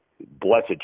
blessed